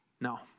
No